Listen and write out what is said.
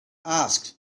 asked